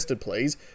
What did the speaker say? please